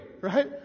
Right